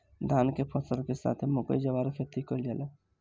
धान के फसल के साथे मकई, जवार के खेती कईल जाला